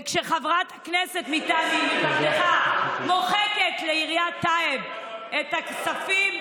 וכשחברת כנסת מטעם ממפלגתך מוחקת לעיריית טייבה את הכספים,